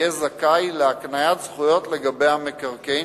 יהיה זכאי להקניית זכויות לגבי המקרקעין